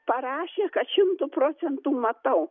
parašė kad šimtu procentų matau